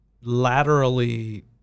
laterally